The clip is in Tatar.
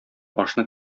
ашны